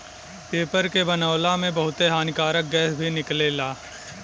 paper के बनावला में बहुते हानिकारक गैस भी निकलेला